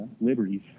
liberties